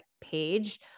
page